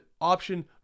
option